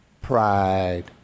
pride